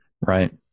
Right